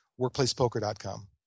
WorkplacePoker.com